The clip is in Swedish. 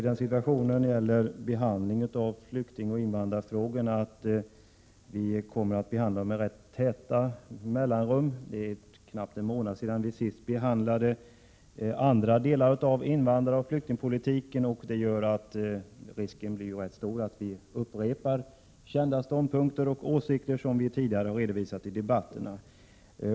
Herr talman! Flyktingoch invandrarfrågorna har kommit att behandlas med rätt täta mellanrum här i kammaren. Det är knappt en månad sedan vi behandlade andra delar av invandraroch flyktingpolitiken, och det gör att risken är rätt stor att vi upprepar kända ståndpunkter som vi tidigare har redovisat i debatterna.